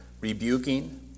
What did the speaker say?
rebuking